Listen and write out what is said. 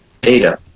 data